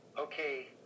Okay